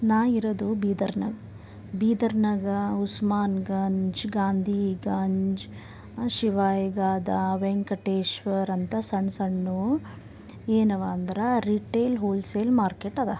ನಾ ಇರೋದು ಬೀದರ್ನಾಗ ಬೀದರ್ನಾಗ ಉಸ್ಮಾನ್ಗಂಜ್ ಗಾಂಧಿಗಂಜ್ ಶಿವಾಯಿಗಾದಾ ವೆಂಕಟೇಶ್ವರ್ ಅಂತ ಸಣ್ಣ ಸಣ್ಣವು ಏನವ ಅಂದ್ರೆ ರಿಟೇಲ್ ಹೋಲ್ಸೇಲ್ ಮಾರ್ಕೆಟದ